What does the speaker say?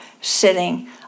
sitting